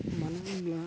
मानो होनब्ला